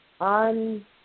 on